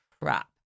crap